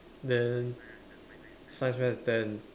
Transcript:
then science fair is ten